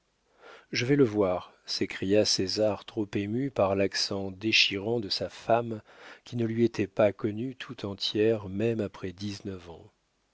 je vais le voir s'écria césar trop ému par l'accent déchirant de sa femme qui ne lui était pas connue tout entière même après dix-neuf ans